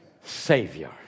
savior